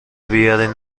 بیارین